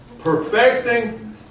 Perfecting